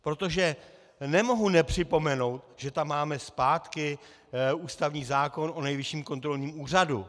Protože nemohu nepřipomenout, že tam máme zpátky ústavní zákon o Nejvyšším kontrolním úřadu.